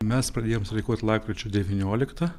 mes pradėjom streikuot lapkričio devynioliktą